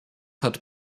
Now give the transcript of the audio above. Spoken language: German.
hat